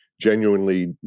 genuinely